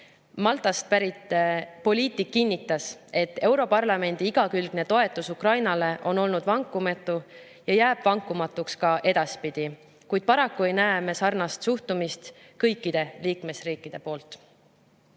Maltast pärit poliitik kinnitas, et europarlamendi igakülgne toetus Ukrainale on olnud vankumatu ja jääb vankumatuks ka edaspidi, kuid paraku ei näe me sarnast suhtumist kõikides liikmesriikides.